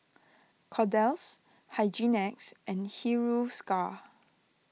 Kordel's Hygin X and Hiruscar